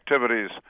activities